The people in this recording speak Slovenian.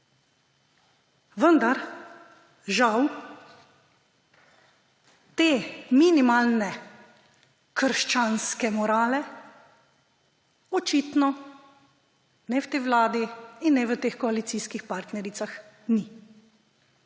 Vendar žal te minimalne krščanske morale očitno ne v tej vladi in ne v teh koalicijskih partnericah ni,